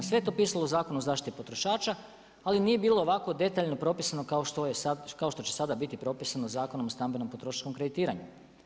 Sve je to pisalo u Zakonu o zaštiti potrošača, ali nije bilo ovako detaljno propisano kao što će sada biti propisano Zakonom o stambenom potrošačkom kreditiranju.